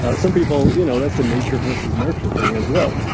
ah some people, you know, that's the nature versus nurture thing as well.